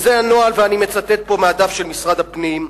זה הנוהל ואני מצטט מהדף של משרד הפנים,